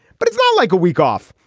but it's not like a week off.